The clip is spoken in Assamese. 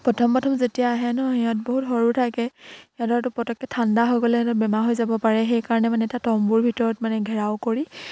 প্ৰথম প্ৰথম যেতিয়া আহে ন সিহঁত বহুত সৰু থাকে সিহঁতৰতো পতককে ঠাণ্ডা হ'লে সিহঁতৰ বেমাৰ হৈ যাব পাৰে সেইকাৰণে মানে তাত তম্বুৰ ভিতৰত মানে ঘেৰাও কৰি